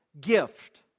gift